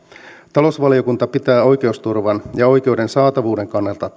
talousvaliokunta pitää oikeusturvan ja oikeuden saatavuuden kannalta